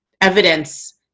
evidence